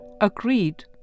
agreed